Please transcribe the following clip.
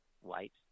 white